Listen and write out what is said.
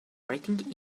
writing